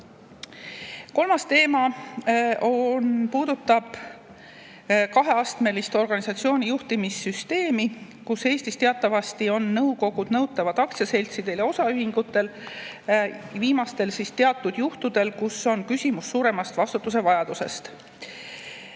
Kolmas teema puudutab kaheastmelist organisatsiooni juhtimissüsteemi. Eestis teatavasti on nõukogud nõutavad aktsiaseltsidel ja osaühingutel. Viimastel juhul, kui on küsimus suuremast vastutuse vajadusest.